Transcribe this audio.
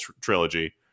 trilogy